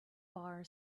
bar